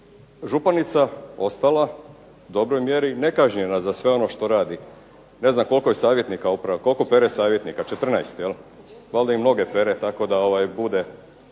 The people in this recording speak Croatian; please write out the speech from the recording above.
županica ostala u dobroj mjeri nekažnjena za sve ono što radi, ne znam koliko je savjetnika, koliko pere savjetnika, 14 jel? Valjda im noge pere tako da bude